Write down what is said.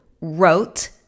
wrote